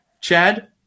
Chad